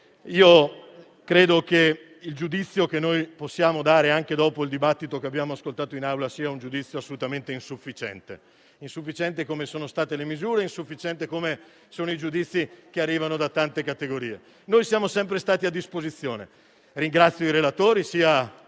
Credo che il giudizio che possiamo dare, anche dopo il dibattito che abbiamo ascoltato in Aula, sia assolutamente insufficiente, come lo sono state le misure; insufficiente come sono i giudizi che arrivano da tante categorie. Noi siamo sempre stati a disposizione. Ringrazio i relatori, sia